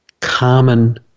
common